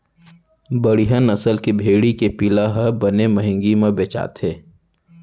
बड़िहा नसल के भेड़ी के पिला ह बने महंगी म बेचाथे